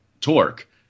torque